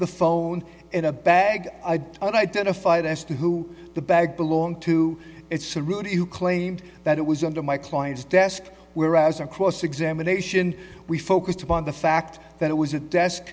the phone in a bag and identified as to who the bag belong to it's a rooney who claimed that it was under my client's desk whereas on cross examination we focused upon the fact that it was a desk